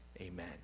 Amen